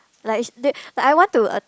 like sh~ they like I want to